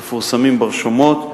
מפורסמים ברשומות,